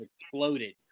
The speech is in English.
exploded